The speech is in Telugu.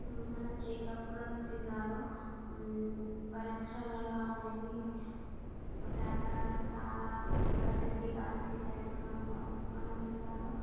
మన శ్రీకాకుళం జిల్లాలో పరిశ్రమలు అనేవి వ్యాపారాలు చాలా ప్రసిద్ధి గాంచినవి మన మన జిల్లాలో